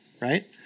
right